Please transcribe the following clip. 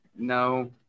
No